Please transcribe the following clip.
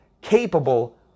capable